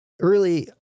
early